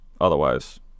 otherwise